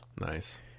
Nice